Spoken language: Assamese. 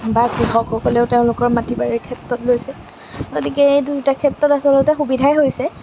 বা কৃষকসকলেও তেওঁলোকৰ মাটি বাৰীৰ ক্ষেত্ৰত লৈছে গতিকে এই দুয়োটা ক্ষেত্ৰত আচলতে সুবিধাই হৈছে